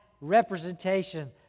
representation